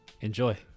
enjoy